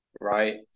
right